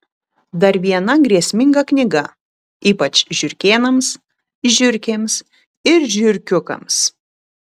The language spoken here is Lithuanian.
dar viena grėsminga knyga ypač žiurkėnams žiurkėms ir žiurkiukams